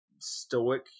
stoic